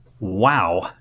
Wow